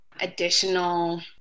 additional